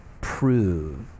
prove